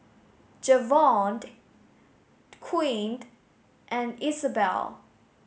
Javonte Quinn and Isabell